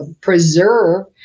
preserve